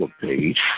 page